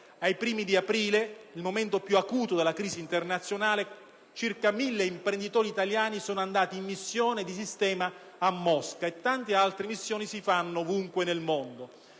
ai primi di aprile, nel momento più acuto della crisi internazionale, circa 1.000 imprenditori italiani sono andati in missione di sistema a Mosca e tante altre missioni si fanno ovunque nel mondo.